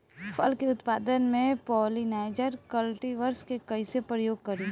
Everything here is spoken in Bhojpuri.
फल के उत्पादन मे पॉलिनाइजर कल्टीवर्स के कइसे प्रयोग करी?